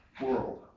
world